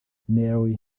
nelly